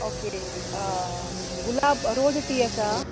okay गुलाब rose tea आसा